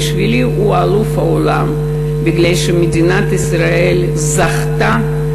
בשבילי הוא אלוף העולם מפני שמדינת ישראל זכתה